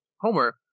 Homer